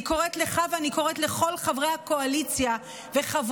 אני קוראת לך ואני קוראת לכל חברי הקואליציה וחברות